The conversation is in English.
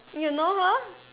you know her